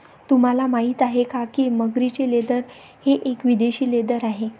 तुम्हाला माहिती आहे का की मगरीचे लेदर हे एक विदेशी लेदर आहे